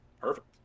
Perfect